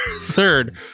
Third